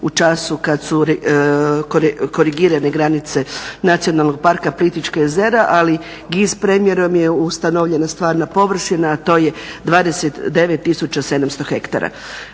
u času kada su korigirane granice Nacionalnog parka Plitvička jezera ali GIZ premjerom je ustanovljena stvarna površina, a to je 29 tisuća 70 hektara.